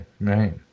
right